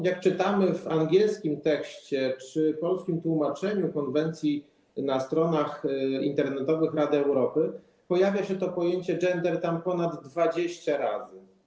Jak czytamy w angielskim tekście czy polskim tłumaczeniu konwencji na stronach internetowych Rady Europy, pojęcie „gender” pojawia się tam ponad 20 razy.